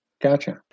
Gotcha